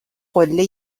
قله